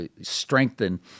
strengthen